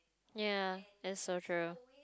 ya that's so true